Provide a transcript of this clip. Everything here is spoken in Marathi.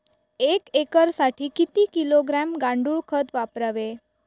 एक एकरसाठी किती किलोग्रॅम गांडूळ खत वापरावे?